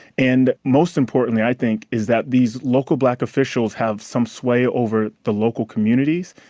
and most importantly, i think, is that these local black officials have some sway over the local communities.